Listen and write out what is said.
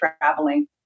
traveling